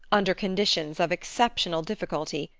under conditions of exceptional difficulty,